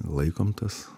laikom tas